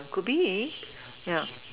could be yeah